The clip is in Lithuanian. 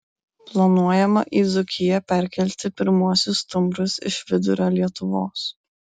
planuojama į dzūkiją perkelti pirmuosius stumbrus iš vidurio lietuvos